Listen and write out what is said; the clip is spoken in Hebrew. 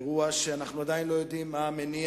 אירוע שאנחנו עדיין לא יודעים מה המניע